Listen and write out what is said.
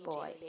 Boy